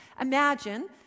imagine